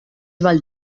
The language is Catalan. val